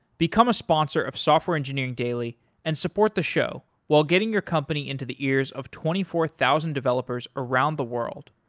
become a sponsor of software engineering daily and support the show while getting your company into the ears of twenty four thousand developers around the world.